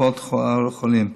קופות החולים.